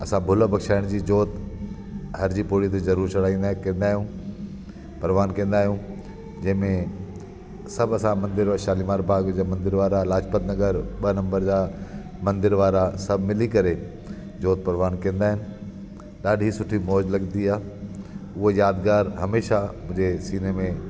असां भुल भक्षाइण जी जोति हर जी पोड़ी ते ज़रूरु चढ़ाईंदा आहियूं परवान कंदा आहियूं जंहिंमे सभु असां मंदिर में शालीमार बाग जे मंदर वारा लाजपत नगर ॿ नंबर ज मंदर वारा सभु मिली करे जोति परवान कंदा आहियूं ॾाढी सुठी मौज लॻदी आहे उहे यादगार हमेशह मुंहिंजे सीने में